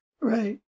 Right